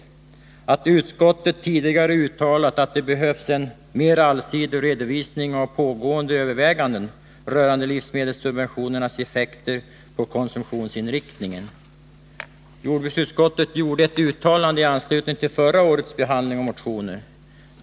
Man erinrar om att utskottet tidigare uttalat att det behövs en mer allsidig redovisning av pågående överväganden rörande livsmedelssubventionernas effekter på konsumtionsinriktningen. Jordbruksutskottet gjorde ett uttalande i anslutning till förra årets behandling av motioner.